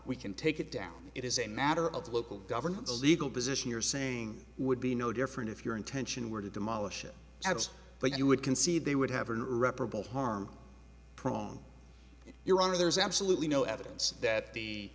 we can take it down it is a matter of the local government the legal position are saying would be no different if your intention were to demolish it adds but you would concede they would have an irreparable harm prong your honor there's absolutely no evidence that the